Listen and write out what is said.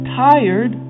tired